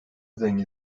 zengin